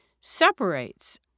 separates